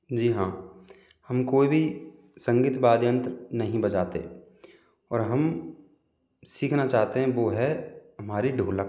जी हाँ हम कोई भी संगीत वाद्य यंत्र नहीं बजाते और हम सीखना चाहते हैं वो है हमारी ढोलक